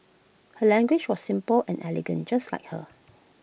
her language was simple and elegant just like her